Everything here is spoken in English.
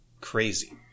Crazy